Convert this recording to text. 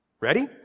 Ready